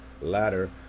ladder